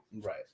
Right